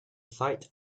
sight